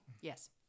Yes